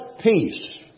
peace